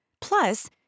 Plus